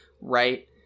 right